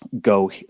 go